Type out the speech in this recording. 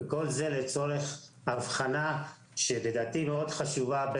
כל זה לצורך הבחנה שלדעתי חשובה מאוד